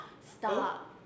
Stop